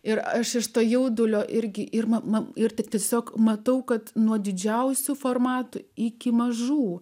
ir aš iš to jaudulio irgi ir mama ir tiesiog matau kad nuo didžiausių formatų iki mažų